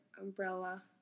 umbrella